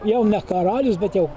jau ne karalius bet jau